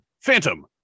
Phantom